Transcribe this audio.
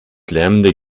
lärmende